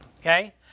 Okay